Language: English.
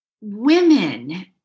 women